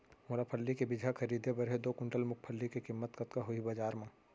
मोला फल्ली के बीजहा खरीदे बर हे दो कुंटल मूंगफली के किम्मत कतका होही बजार म?